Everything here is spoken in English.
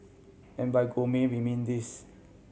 and by gourmet we mean this